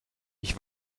ich